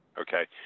okay